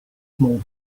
small